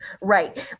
Right